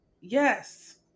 Yes